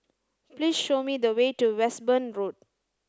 please show me the way to Westbourne Road